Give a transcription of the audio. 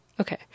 Okay